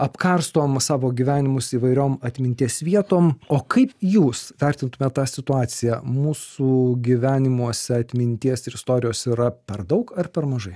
apkarstom savo gyvenimus įvairiom atminties vietom o kaip jūs vertintumėt tą situaciją mūsų gyvenimuose atminties ir istorijos yra per daug ar per mažai